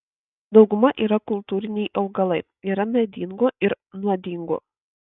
dauguma yra kultūriniai augalai yra medingų ir nuodingų